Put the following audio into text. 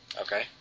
Okay